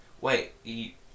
Wait